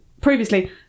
previously